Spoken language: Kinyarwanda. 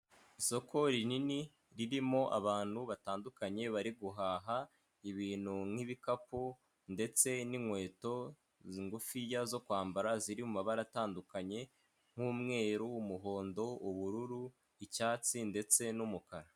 Isoko rinini ririmo abantu batandukanye bari guhaha ibintu nk'ibikapu ndetse n'inkweto izi ngufiya zo kwambara ziri mu mabara atandukanye nk'umweru, umuhondo, ubururu, icyatsi ndetse n'umukara.